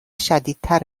شدیدتر